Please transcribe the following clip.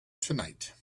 tonight